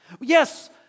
Yes